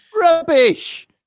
Rubbish